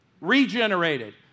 regenerated